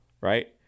right